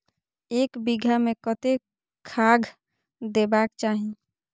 एक बिघा में कतेक खाघ देबाक चाही?